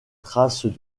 traces